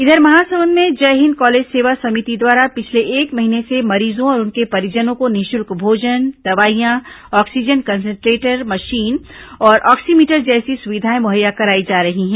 इधर महासमुंद में जय हिंद कॉलेज सेवा समिति द्वारा पिछले एक महीने से मरीजों और उनके परिजनों को निःशल्क भोजन दवाइयां ऑक्सीजन कंसंट्रेटर मशीन और ऑक्सीमीटर जैसी सुविधाएं मुहैया कराई जा रही है